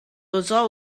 result